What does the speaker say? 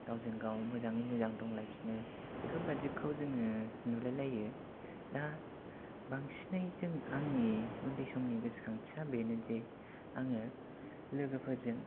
गावजों गाव मोजाङै मोजां दंलायफिनो बेफोरबादिखौ जोङो नुलायलायो दा बांसिनै जों आंनि उन्दै समनि गोसोखांथिया बेनो दि आङो लोगोफोरजों